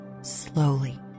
slowly